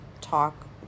talk